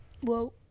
Whoa